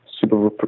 super